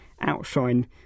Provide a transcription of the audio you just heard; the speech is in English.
outshine